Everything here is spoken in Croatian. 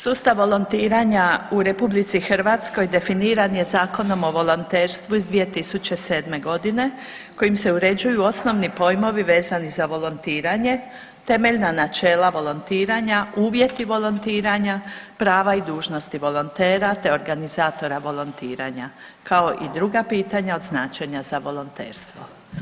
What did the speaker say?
Sustav volontiranja u RH definiran je Zakonom o volonterstvu iz 2007.g. kojim se uređuju osnovni pojmovi vezani za volontiranje, temeljna načela volontiranja, uvjeti volontiranja, prava i dužnosti volontera, te organizatora volontiranja, kao i druga pitanja od značenja za volonterstvo.